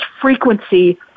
frequency